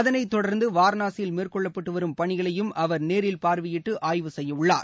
அதளை தொடர்ந்து வாரணாசியில் மேற்கொள்ளப்பட்டு வரும் பணிகளையும் அவர் நேரில் பார்வையிட்டு ஆய்வு செய்கிறார்